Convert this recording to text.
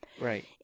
right